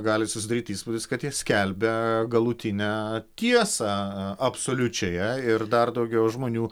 gali susidaryt įspūdis kad jie skelbia galutinę tiesą absoliučiąją ir dar daugiau žmonių